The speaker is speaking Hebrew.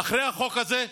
אחרי החוק הזה?